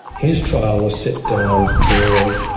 his trial was set down for